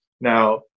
Now